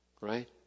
right